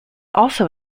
also